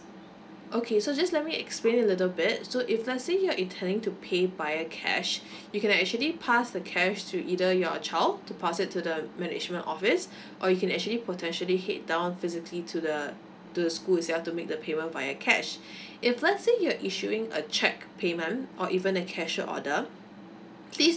okay so just let me explain a little bit so if let's say you're intending to pay via cash you can actually pass the cash to either your child to pass it to the management office or you can actually potentially head down physically to the to the school itsell to make the payment via cash if let's say you are issuing a cheque payment or even a cashier order please